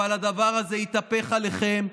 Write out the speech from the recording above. אבל הדבר הזה יתהפך עליכם,